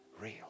real